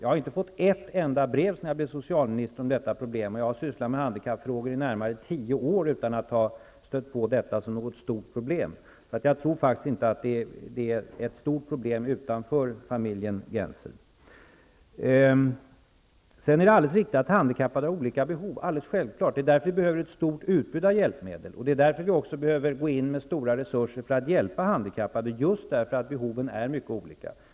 Jag har sedan jag blev socialminister inte fått ett enda brev om detta problem, och jag har sysslat med handikappfrågor i närmare tio år utan att ha stött på detta som något stort problem. Jag tror faktiskt inte att detta är något stort problem utanför familjen Gennser. Det är alldeles riktigt att handikappade har olika behov: Det är alldeles självklart. Det är därför vi behöver ett stort utbud av hjälpmedel, och det är just på grund av att behoven är mycket olika som vi också behöver gå in med stora resurser för att hjälpa handikappade.